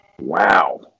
Wow